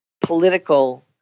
political